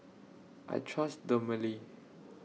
I Trust Dermale